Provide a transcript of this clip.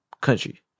country